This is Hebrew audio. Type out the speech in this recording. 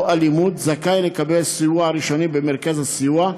אלימות זכאי לקבל סיוע ראשוני במרכזי הסיוע,